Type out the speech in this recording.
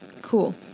Cool